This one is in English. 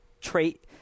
trait